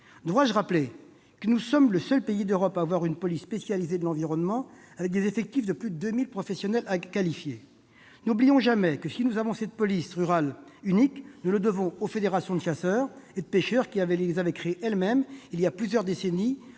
Dois-je rappeler que nous sommes le seul pays en Europe à dispose d'une police spécialisée de l'environnement, avec des effectifs de plus de 2 000 professionnels qualifiés ? N'oublions jamais que, si nous avons cette police rurale unique, nous le devons aux fédérations de chasseurs et de pêcheurs qui avaient créé elles-mêmes, voilà plusieurs décennies,